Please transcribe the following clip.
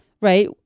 right